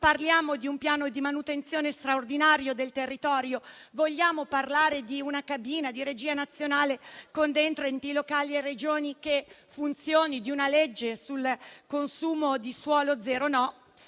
Parliamo di un piano di manutenzione straordinaria del territorio. Vogliamo parlare di una cabina di regia nazionale che funzioni, che coinvolga enti locali e Regioni, di una legge sul consumo di suolo zero? No,